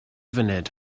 funud